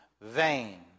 vain